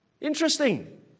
Interesting